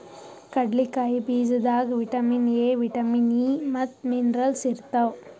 ಕಡ್ಲಿಕಾಯಿ ಬೀಜದಾಗ್ vitamin A, vitamin E ಮತ್ತ್ ಮಿನರಲ್ಸ್ ಇರ್ತವ್